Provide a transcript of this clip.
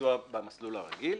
ביצוע במסלול הרגיל.